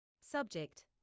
Subject